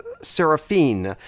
Seraphine